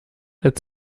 als